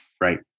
right